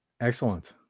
excellent